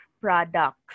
Products